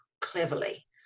cleverly